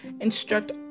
instruct